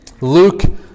Luke